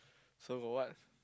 so got what